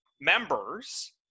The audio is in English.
members